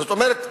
זאת אומרת,